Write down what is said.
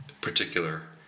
particular